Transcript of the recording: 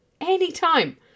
anytime